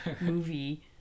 movie